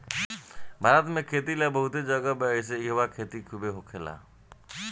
भारत में खेती ला बहुते जगह बा एहिसे इहवा खेती खुबे होखेला